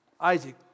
Isaac